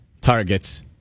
targets